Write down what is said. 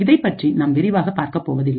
இதைப்பற்றி நாம் விரிவாக பார்க்கப் போவதில்லை